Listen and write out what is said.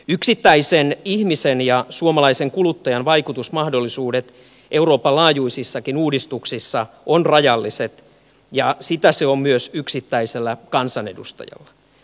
yksittäisen ihmisen ja suomalaisen kuluttajan vaikutusmahdollisuudet euroopan laajuisissakin uudistuksissa ovat rajalliset ja niin ne ovat myös yksittäisellä kansanedustajalla